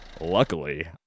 Luckily